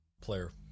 Player